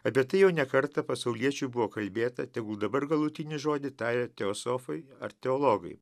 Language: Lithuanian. apie tai jau ne kartą pasauliečių buvo kalbėta tegul dabar galutinį žodį taria teosofai ar teologai